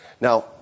Now